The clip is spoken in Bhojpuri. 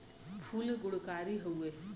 फूल गुणकारी हउवे